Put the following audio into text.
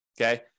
okay